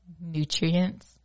Nutrients